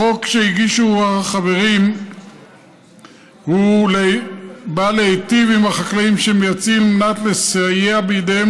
החוק שהגישו החברים בא להיטיב עם החקלאים שמייצאים על מנת לסייע בידיהם